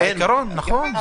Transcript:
נכון, אני הבנתי את זה.